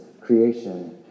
creation